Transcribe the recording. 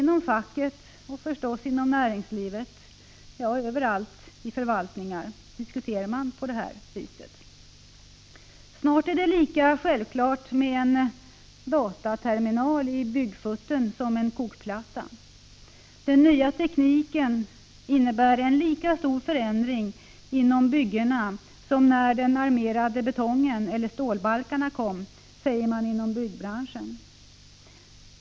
Inom facket och naturligtvis inom näringslivet, ja, överallt i förvaltningarna diskuterar man på det här viset. Snart är det lika självklart med en dataterminal i byggfutten som med en kokplatta. Den nya tekniken innebär en lika stor förändring på byggena som när den armerade betongen och stålbalkarna kom, säger man inom byggbranschen.